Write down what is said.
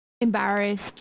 embarrassed